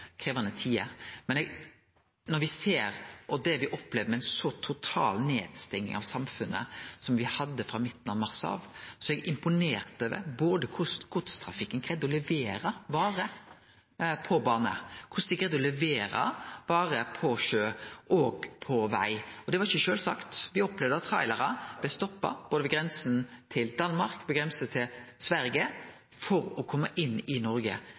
krevjande tider. Men når me ser det me opplever, med ei så total nedstenging av samfunnet som me hadde frå midten av mars, er eg imponert over korleis godstrafikken greidde å levere varer på bane, korleis dei greidde å levere varer på sjø og på veg. Det var ikkje sjølvsagt. Me opplevde at trailerar blei stoppa både på grensa til Danmark og på grensa til Sverige – dei kom ikkje inn i Noreg